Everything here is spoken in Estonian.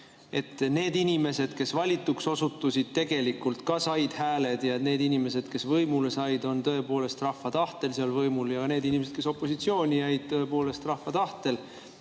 need inimesed, kes valituks osutusid, tegelikult ka said need hääled, ja et need inimesed, kes võimule said, on tõepoolest rahva tahtel võimul, ja need inimesed, kes opositsiooni jäid, on tõepoolest rahva tahtel